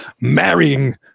marrying